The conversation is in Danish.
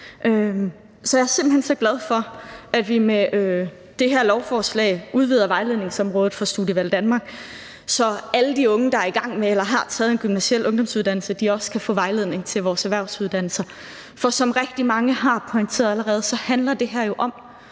simpelt hen så glad for, at vi med det her lovforslag udvider vejledningsområdet for Studievalg Danmark, så alle de unge, der er i gang med eller har taget en gymnasial ungdomsuddannelse, også kan få vejledning til vores erhvervsuddannelser. For som rigtig mange har pointeret allerede, handler det her jo om,